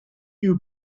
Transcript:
you